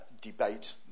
debate